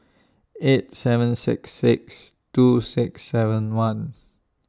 eight seven six six two six seven one